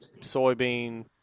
Soybean